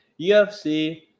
UFC